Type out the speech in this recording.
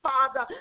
Father